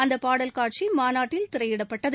அந்த பாடல் காட்சி மாநாட்டில் திரையிடப்பட்டது